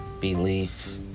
belief